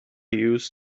use